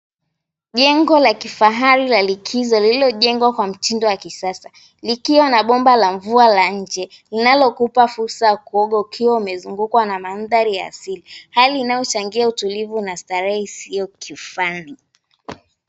Jengo la kifahari la likizo lililojengwa kwa mtindo wa kisasa ,likiwa na bomba la mvua la nje linalokupa fursa kuonga ukiwa umezungukwa na mandhari asili hali iliyotangia utulivu na starehe isiyokifani.